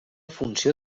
funció